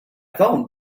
phoned